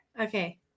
Okay